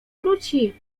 wróci